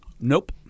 Nope